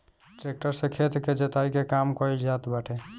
tractor से खेत के जोताई के काम कइल जात बाटे